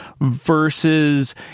versus